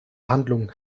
handlung